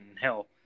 Hell